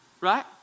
right